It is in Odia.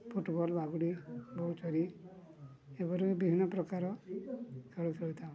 ଫୁଟ୍ବଲ୍ ବାଗୁଡ଼ି ବୋହୁ ଚୋରି ଏଭଳି ବିଭିନ୍ନ ପ୍ରକାର ଖେଳ ଖେଳୁଥାଏ